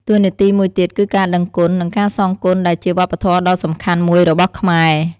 តួនាទីមួយទៀតគឺការដឹងគុណ និងការសងគុណដែលជាវប្បធម៌ដ៏សំខាន់មួយរបស់ខ្មែរ។